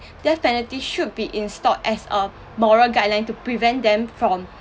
death penalty should be installed as a moral guideline to prevent them from